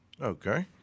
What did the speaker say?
Okay